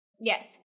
Yes